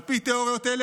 על פי תיאוריות אלה,